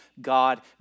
God